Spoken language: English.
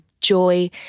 joy